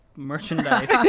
merchandise